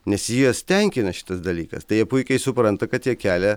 nes juos tenkina šitas dalykas tai jie puikiai supranta kad jie kelia